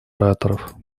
ораторов